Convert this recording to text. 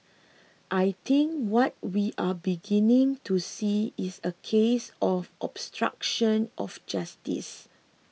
I think what we are beginning to see is a case of obstruction of justice